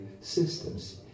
systems